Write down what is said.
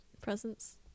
Presents